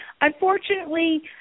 unfortunately